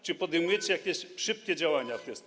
Czy podejmujecie jakieś szybkie działania w tej sprawie?